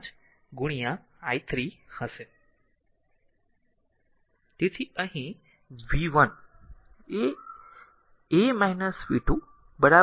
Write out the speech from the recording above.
5 i 3 હશે તેથી અહીં v 1 એ a v 2 r 10 i2 છે